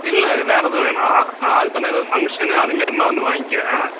இல்லை வேறேதும் வேண்ணாம் நான் அது பேர்ன்னால் ஏதாவது ஃபங்ஷனு அது மாரின்னா வந்து வாங்கிக்கிறேன்